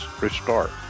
restart